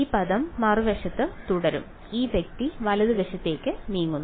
ഈ പദം മറുവശത്ത് തുടരും ഈ വ്യക്തി വലതുവശത്തേക്ക് നീങ്ങുന്നു